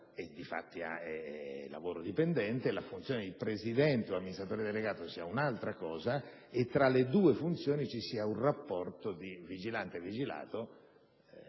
(e infatti è lavoro dipendente) e la funzione di presidente o di amministratore delegato sia un'altra cosa, e ritengo che tra le due funzioni vi sia un rapporto di vigilante-vigilato